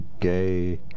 Gay